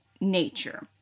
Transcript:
nature